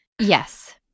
Yes